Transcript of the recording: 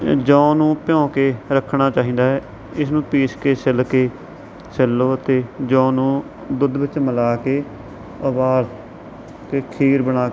ਜੌਂਆਂ ਨੂੰ ਭਿਓਂ ਕੇ ਰੱਖਣਾ ਚਾਹੀਦਾ ਹੈ ਇਸ ਨੂੰ ਪੀਸ ਕੇ ਛਿੱਲ ਕੇ ਛਿੱਲ ਲਓ ਅਤੇ ਜੌਂਆਂ ਨੂੰ ਦੁੱਧ ਵਿੱਚ ਮਿਲਾ ਕੇ ਉਬਾਲ ਕੇ ਖੀਰ ਬਣਾ